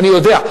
אני יודע.